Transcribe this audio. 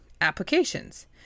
applications